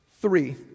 Three